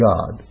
God